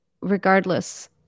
regardless